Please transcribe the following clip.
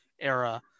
era